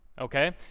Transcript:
Okay